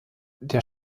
der